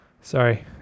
sorry